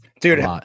Dude